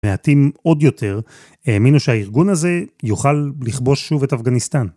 מעטים עוד יותר, האמינו שהארגון הזה יוכל לכבוש שוב את אפגניסטן.